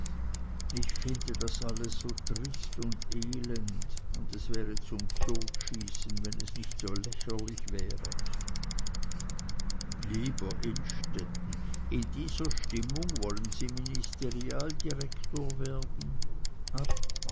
ich finde das alles so trist und elend und es wäre zum totschießen wenn es nicht so lächerlich wäre lieber innstetten in dieser stimmung wollen sie ministerialdirektor werden